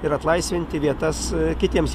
ir atlaisvinti vietas kitiems